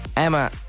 Emma